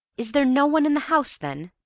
is there no one in the house, then?